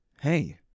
Hey